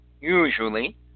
Usually